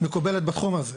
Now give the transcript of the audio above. מקובלת בתחום הזה.